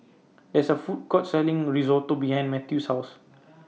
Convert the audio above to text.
There IS A Food Court Selling Risotto behind Mathews' House